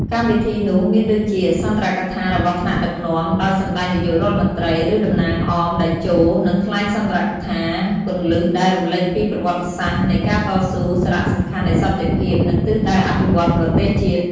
កម្មវិធីនោះមានដូចជា សុន្ទរកថារបស់ថ្នាក់ដឹកនាំ ដោយសម្ដេចនាយករដ្ឋមន្ត្រី ឬតំណាងអមតេជោ នឹងថ្លែងសុន្ទរកថាគន្លឹះដែលរំលេចពីប្រវត្តិសាស្ត្រនៃការតស៊ូ សារៈសំខាន់នៃសន្តិភាព និងទិសដៅអភិវឌ្ឍន៍ប្រទេសជាតិ។